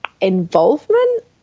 involvement